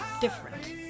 different